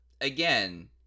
again